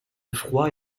froid